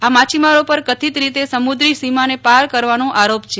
આ માછીમારો પર કથિત રીતે સમુદ્રી સીમાને પાર કરવાનો આરોપ છે